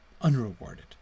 unrewarded